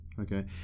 Okay